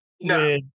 no